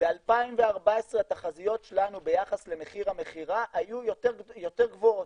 ב-2014 התחזיות שלנו ביחס למחיר המכירה היו יותר גבוהות,